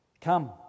Come